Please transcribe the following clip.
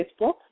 Facebook